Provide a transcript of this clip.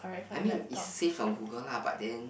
I mean it's save on Google lah but then